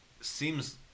seems